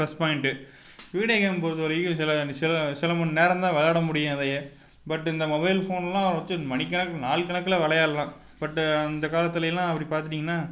plus point video game பொறுத்த வரைக்கும் சில சில மணி நேரம் தான் விளையாட முடியும் அதையே பட் இந்த மொபைல் ஃபோன்லாம் வச்சு மணி கணக்கு நாள் கணக்கில் விளையாட்லாம் பட்டு அந்த காலத்திலலாம் அப்படி பார்த்துட்டீங்கன்னா